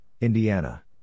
Indiana